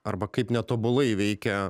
arba kaip netobulai veikia